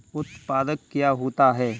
उत्पाद क्या होता है?